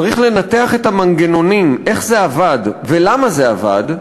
צריך לנתח את המנגנונים, איך זה עבד ולמה זה עבר,